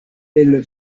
elle